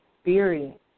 experience